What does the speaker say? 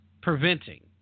preventing